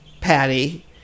patty